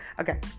Okay